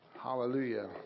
Hallelujah